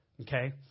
okay